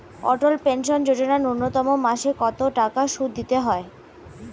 অটল pension Yojana ন্যূনতম মাসে কত টাকা সুধ দিতে হয়?